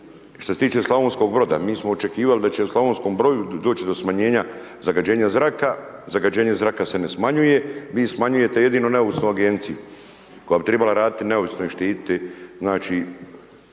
što se tiče Slavonskog Broda mi smo očekivali da će u Slavonskom Brodu doć do smanjenja zagađenja zraka, zagađenje zraka se ne smanjuje vi smanjujete vi smanjujete jedino neovisnu agenciju koja bi tribala radit neovisno i štitit